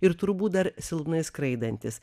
ir turbūt dar silpnai skraidantis